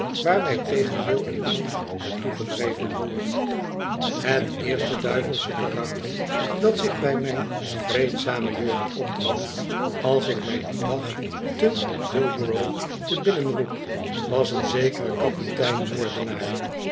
wij tegen wil en dank naar toe gedreven worden het eerste duivelsche karakter dat zich bij mijn vreedzame jeugd opdrong als ik mij dien dag te uro te binnen roep was een zekere kapitein moordenaar